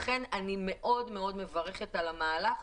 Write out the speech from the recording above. לכן אני מאוד מאוד מברכת על המהלך.